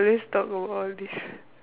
please talk all this